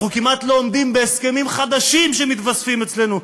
אנחנו כמעט לא עומדים בהסכמים חדשים שמתווספים אצלנו,